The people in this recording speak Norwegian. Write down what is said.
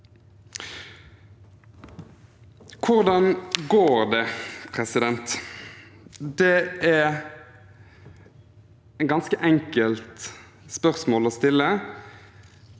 Hvordan går det? Det er et ganske enkelt spørsmål å stille,